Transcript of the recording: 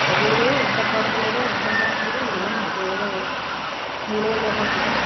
இது எடு எந்த படத்தில் எடு எந்த பாட்டை எடு எல்லாமே இதில் நம்ம இளையராஜா பாட்டு தான்